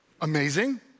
amazing